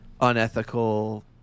unethical